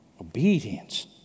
obedience